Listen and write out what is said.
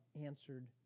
answered